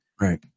Right